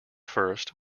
first